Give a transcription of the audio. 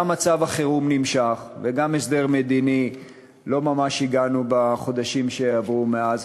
גם מצב החירום נמשך וגם להסדר מדיני לא ממש הגענו בחודשים שעברו מאז.